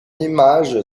image